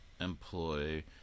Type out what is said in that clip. employ